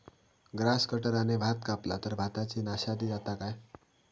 Grass कटराने भात कपला तर भाताची नाशादी जाता काय?